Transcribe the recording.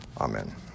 Amen